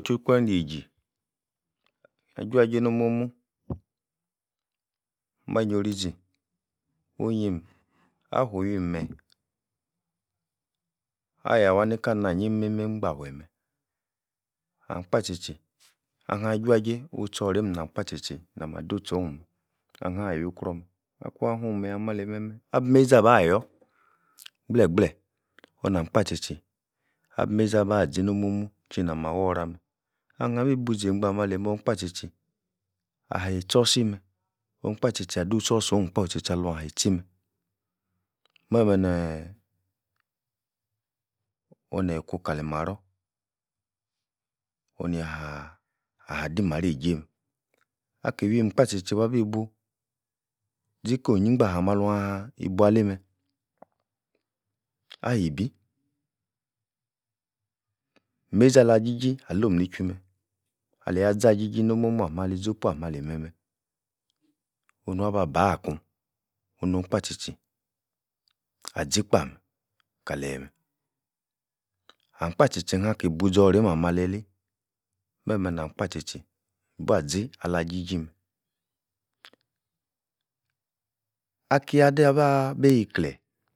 Tukwa-neiji, ajua-jei no'h muo'h-mu, mah-nyio-rixi, onyim, afu-wii-meyi ayah-waah nika-lei-na nyi-imime ingbafueh-meh, ahm-kpah tchi-tchi, ahan-juajei, uh-tchi-oreim nam-kpah tchi-tchi adu-tchorhn-meh, ahan-yui-kroh meh, akuan-fu, meyi ah-meh-ali meh-meh. abi-meizi, abah-yor, gbleh-gble, oh-nam-kpah tchi-tchi, abi-meizi abah-zi no'h-mu chie namah-wor-rah-meh. Ahan-bi-bu-zei-gbah ah-meh-ali-meh-meh, ohn-kpah tchi-tchi, ahi-tchor si-meh, ohn-kpah tchi-tchi adu-sor-tchornh kpah tchi-tchi aluan-hi-tchi-meh, meh-meh neeeh oneh-ku-kali marror, onia-haah, ah-di marror ejei-meh, aki-wuim kpah tchi-tchi babi-buh, zi-ko-onyi-ingbafueh ah-meh-ahuaaah, ibu-alei-meh, ayibi, meizi alah-jiji, alo'm ni-chwui meh aleyi-ah-zaji-ji no'-mo'mu ah-meh ali zopu ah-meh-meh, onua-ba-bah-kun, onu-kpah-tchi-tchi azi-kpah-meh, kaleyi-meh ahm-kpah tchi-tchi hanki-buzoreim ah-mah lei-lei, meh-meh nam-kpah tchi-tchi, mbua-zi alah-ji-ji meh, akia-dei abah-bi kleh